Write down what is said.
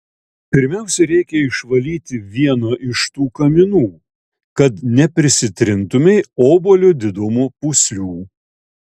pirmiausia reikia išvalyti vieną iš tų kaminų kad neprisitrintumei obuolio didumo pūslių